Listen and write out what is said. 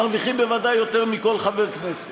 מרוויחים בוודאי יותר מכל חבר כנסת.